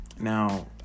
Now